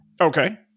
Okay